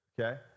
okay